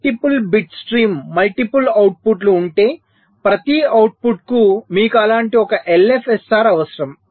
multiple bit stream multiple అవుట్పుట్లు ఉంటే ప్రతి అవుట్పుట్కు మీకు అలాంటి ఒక ఎల్ఎఫ్ఎస్ఆర్ అవసరం